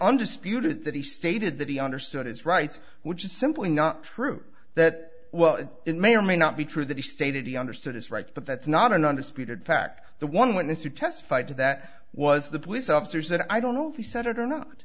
spewed that he stated that he understood his rights which is simply not true that well it may or may not be true that he stated he understood his rights but that's not an undisputed fact the one witness who testified to that was the police officers that i don't know if he said it or not